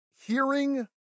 Hearing